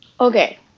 Okay